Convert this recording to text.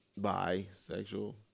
bisexual